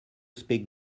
speak